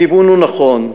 הכיוון הוא נכון.